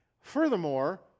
Furthermore